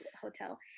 Hotel